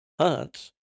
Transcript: hunts